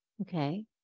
Okay